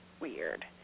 Weird